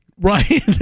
right